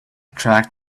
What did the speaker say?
track